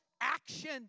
action